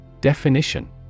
Definition